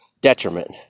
detriment